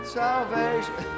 salvation